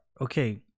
Okay